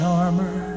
armor